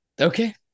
Okay